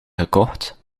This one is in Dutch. gekocht